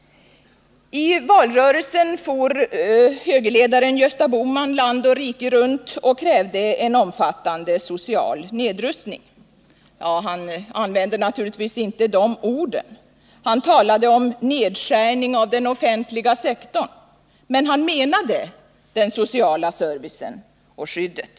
I valrörelsen for högerledaren Gösta Bohman land och rike runt och krävde en omfattande social nedrustning. Han använde naturligtvis inte de orden. Han talade om nedskärning av den offentliga sektorn, men han menade den sociala servicen och det sociala skyddet.